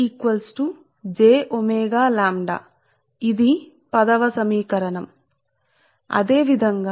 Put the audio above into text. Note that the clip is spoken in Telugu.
అంటే ఇది mutual inductance పరస్పర ప్రేరణ ఇది హెన్రీ ఇది మీ సమీకరణ సంఖ్య 11 ఇవ్వబడింది